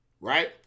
right